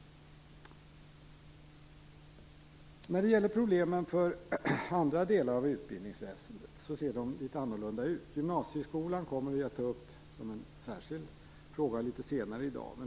Problemen inom andra delar av utbildningsväsendet ser litet annorlunda ut. Gymnasieskolan kommer vi att ta upp som en särskild fråga litet senare i dag.